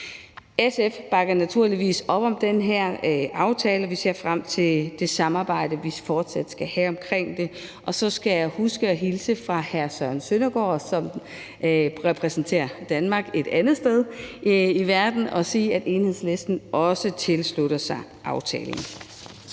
SF bakker naturligvis op om den her aftale. Vi ser frem til det samarbejde, vi fortsat skal have omkring det. Og så skal jeg huske at hilse fra hr. Søren Søndergaard, som repræsenterer Danmark et andet sted i verden, og sige, at Enhedslisten også tilslutter sig aftalen.